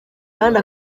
kandi